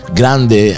grande